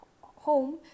home